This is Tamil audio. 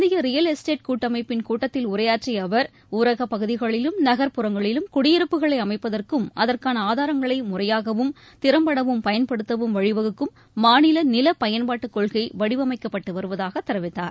இந்திய ரியல் எஸ்டேட் கூட்டமைப்பின் கூட்டத்தில் உரையாற்றிய அவர் ஊரகப் பகுதிகளிலும் நகர்ப்புறங்களிலும் குடியிருப்புகளை அமைப்பதற்கும் அதற்கான ஆதாரங்களை முறையாகவும் திறம்படவும் பயன்படுத்தவும் வழிவகுக்கும் மாநில நில பயன்பாட்டுக் கொள்கை வடிவமைக்கப்பட்டு வருவதாகத் தெரிவித்தார்